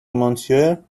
monsieur